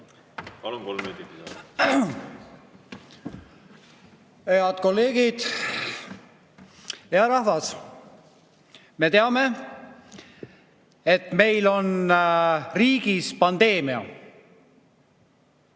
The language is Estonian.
Head kolleegid! Hea rahvas! Me teame, et meil on riigis pandeemia.